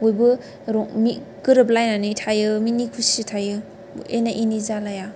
बयबो रं मि गोरोबलायनानै थायो मिनि खुसि थायो एना एनि जालाया